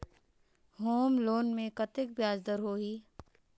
Home loan मे कतेक ब्याज दर होही?